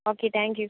okay thank you